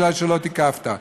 כי לא תיקפת.